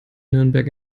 nürnberg